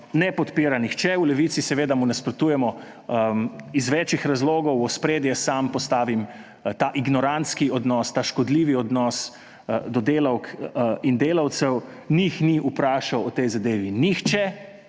ne podpira nihče. V Levici mu nasprotujemo iz več razlogov. V ospredje sam postavim ta ignorantski odnos, ta škodljivi odnos do delavk in delavcev. Njih ni vprašal o tej zadevi nihče